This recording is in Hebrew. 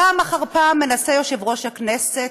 פעם אחר פעם יושב-ראש הכנסת